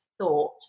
thought